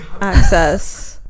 access